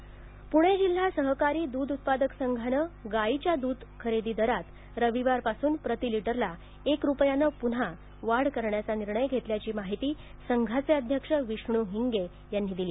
दूध दर पुणे जिल्हा सहकारी द्ध उत्पादक संघाने गायीच्या द्ध खरेदी दरात रविवारपासून प्रतिलिटरला एक रुपयाने पुन्हा वाढ करण्याचा निर्णय घेतल्याची माहिती संघाचे अध्यक्ष विष्णू हिंगे यांनी दिली